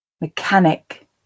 mechanic